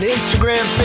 Instagram